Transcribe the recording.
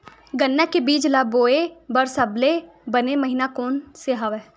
गन्ना के बीज ल बोय बर सबले बने महिना कोन से हवय?